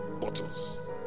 bottles